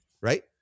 right